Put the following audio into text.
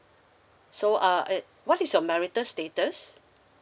so are uh what is your marital status